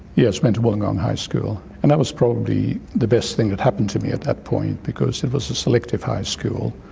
yes, i went to wollongong high school, and that was probably the best thing that happened to me at that point because it was a selective high school,